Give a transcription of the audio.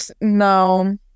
No